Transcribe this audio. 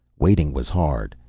waiting was hard.